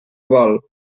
vol